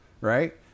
Right